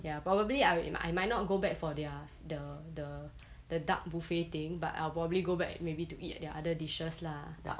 ya probably I I might not go back for their the the the duck buffet thing but I'll probably go back maybe to eat their other dishes lah there a lockout on lah ya